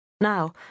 Now